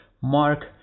mark